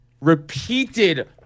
repeated